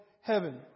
heaven